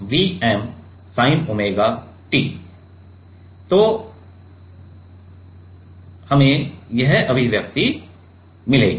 तो हमने इसे रखा है और हमें यह अभिव्यक्ति मिलेगी